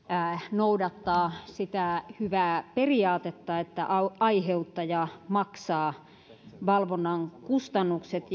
noudattaa sitä hyvää periaatetta että aiheuttaja maksaa valvonnan kustannukset